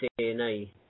DNA